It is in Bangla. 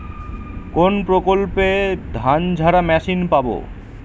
কোনপ্রকল্পে ধানঝাড়া মেশিন পাব?